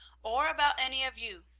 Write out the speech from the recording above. or about any of you.